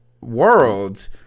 world